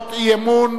הצעות אי-אמון